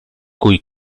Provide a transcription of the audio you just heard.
cui